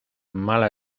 mala